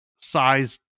size